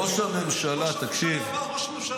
ראש הממשלה, תקשיב --- חבר הכנסת טור פז.